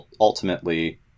ultimately